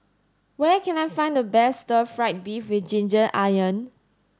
where can I find the best stir fried beef with ginger